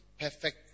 perfect